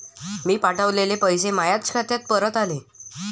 मीन पावठवलेले पैसे मायाच खात्यात परत आले